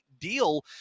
deal